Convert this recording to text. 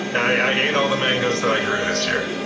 i ate all the mangoes that i grew this year.